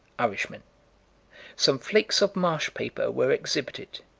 irishmen some flakes of marsh-paper were exhibited.